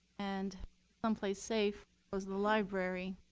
and someplace safe was the library.